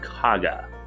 Kaga